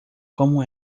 como